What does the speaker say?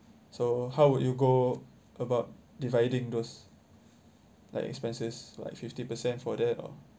so how would you go about dividing those like expenses like fifty percent for that or